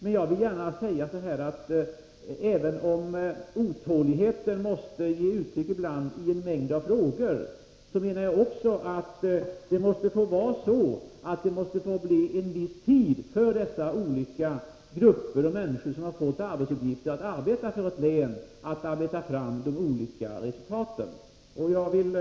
Men jag vill gärna säga att även om otåligheten ibland måste ta sig uttryck i att det ställs en mängd frågor, så får det lov att vara så, att dessa olika grupper och dessa människor som fått till uppgift att arbeta för ett län har en viss tid på sig att skapa förutsättningar för resultat.